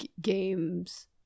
games